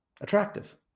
attractive